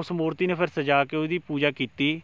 ਉਸ ਮੂਰਤੀ ਨੂੰ ਫਿਰ ਸਜਾ ਕੇ ਉਹਦੀ ਪੂਜਾ ਕੀਤੀ